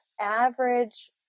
average